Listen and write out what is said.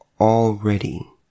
already